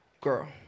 Girl